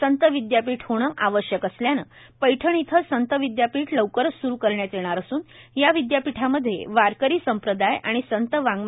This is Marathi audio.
संत विदयापीठ होणे आवश्यक असल्याने पैठण इथं संत विदयापीठ लवकरच स्रु करण्यात येणार असून या विदयापीठामध्ये वारकरी संप्रदाय आणि संत वाङ्